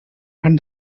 and